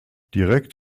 direkt